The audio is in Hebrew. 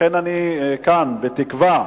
לכן אני כאן בתקווה,